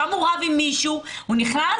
שם הוא רב עם מישהו והוא נכנס,